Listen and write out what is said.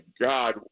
God